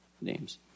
names